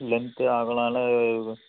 length அகலலாம்